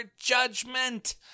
judgment